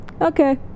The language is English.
okay